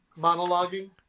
Monologuing